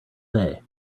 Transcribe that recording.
day